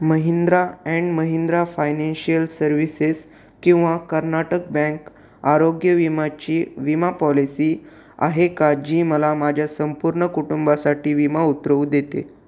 Mahindra and Mahindra financial services किंवा Karnataka bank आरोग्य विमाची विमा पॉलिसी आहे का जी मला माझ्या संपूर्ण कुटुंबासाठी विमा उतरवू देते